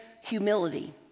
Humility